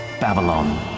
Babylon